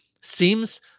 seems